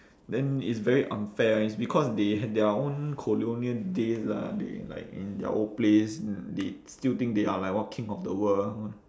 then it's very unfair it's because they their own colonial days ah they like in their old place they still think they are like what king of the world